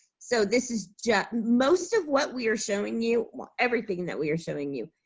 so this is just, most of what we are showing you, everything that we are showing you,